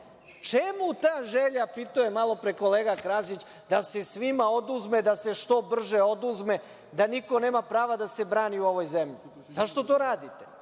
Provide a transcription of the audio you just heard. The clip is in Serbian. čemu ta želja, pitao je malopre kolega Krasić, da se svima oduzme, da se što brže oduzme, da niko nema prava da se brani u ovoj zemlji? Zašto to radite? Dakle,